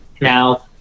Now